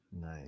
nice